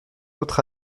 autres